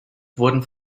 wurden